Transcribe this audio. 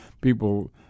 people